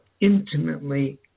intimately